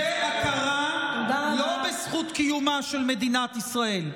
והכרה לא בזכות קיומה של מדינת ישראל,